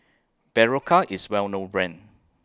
Berocca IS Well known Brand